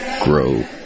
grow